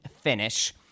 finish